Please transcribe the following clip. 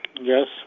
Yes